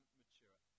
mature